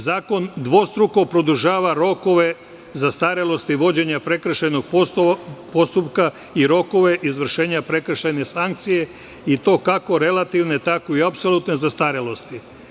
Zakon dvostruko produžava rokove zastarelosti vođenja prekršajnih postupka i rokove izvršenja prekršajne sankcije i to kako relativne, tako i apsolutne zastarelosti.